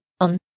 On